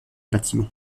bâtiment